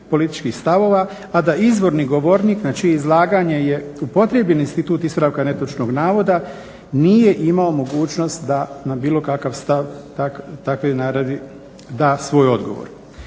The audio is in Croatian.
a da izvorni govornik na čije izlaganje je upotrijebljen institut ispravka netočnog navoda nije imao mogućnost da na bilo kakav stav takve naravi da svoj odgovor.